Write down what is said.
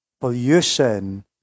pollution